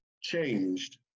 changed